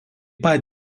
pat